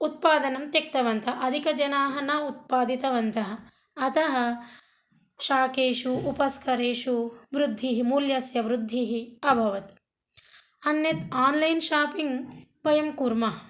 उत्पादनं त्यक्तवन्त अधिकजनाः न उत्पादितवन्तः अतः शाकेषु उपस्तरेषु वृद्धिः मूल्यस्य वृद्धिः अभवत् अन्यत् ओन्लैन् शोपिङ्ग् वयं कुर्मः